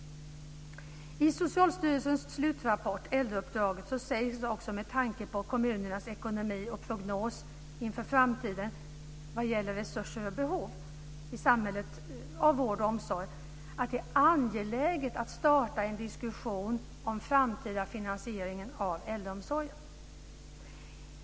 I Socialstyrelsens slutrapport Äldreuppdraget sägs också med tanke på kommunernas ekonomi och prognoser inför framtiden vad gäller resurser och behov i samhället av vård och omsorg att det är angeläget att starta en diskussion om den framtida finansieringen av äldreomsorgen.